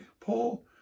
paul